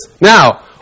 now